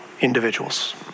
individuals